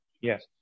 Yes